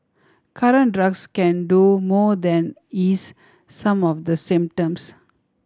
current drugs can do no more than ease some of the symptoms